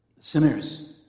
sinners